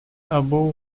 abu